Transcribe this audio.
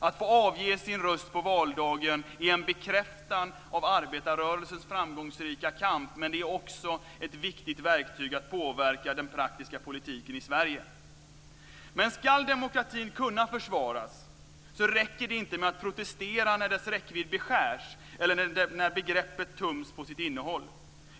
Att få avge sin röst på valdagen är en bekräftelse av arbetarrörelsens framgångsrika kamp, men det är också ett viktigt verktyg att påverka den praktiska politiken i Sverige. Men ska demokratin kunna försvaras räcker det inte med att protestera när dess räckvidd beskärs eller när begreppet töms på sitt innehåll.